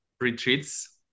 retreats